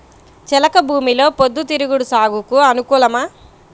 చెలక భూమిలో పొద్దు తిరుగుడు సాగుకు అనుకూలమా?